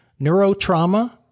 Neurotrauma